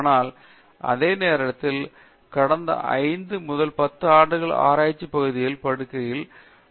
ஆனால் அதே நேரத்தில் கடந்த 5 முதல் 10 ஆண்டுகள் ஆராய்ச்சி பகுதிகள் பார்க்கையில் புதிய பகுப்பாய்வு என கருதுகின்றனர்